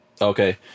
Okay